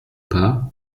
pas